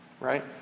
right